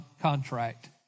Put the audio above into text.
contract